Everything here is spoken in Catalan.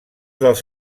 dels